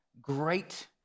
great